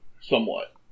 somewhat